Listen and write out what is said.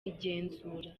igenzura